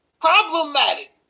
problematic